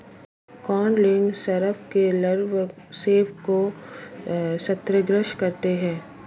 codling शलभ के लार्वे सेब को क्षतिग्रस्त करते है